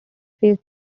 phase